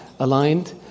Aligned